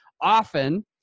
often